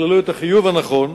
שיכללו את החיוב הנכון